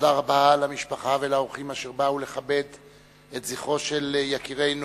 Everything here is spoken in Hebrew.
תודה רבה למשפחה ולאורחים שבאו לכבד את זכרו של יקירנו